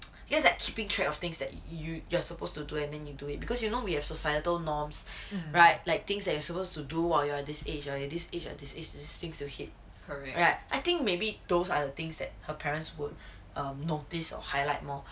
just that keeping track of things that you you you're supposed to do and then you do it because you know we have societal norms right like things that you're supposed to do while you are at this age you're this age this age those things you hate well right those are the things that her parents would notice or highlight lor